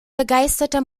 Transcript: begeisterter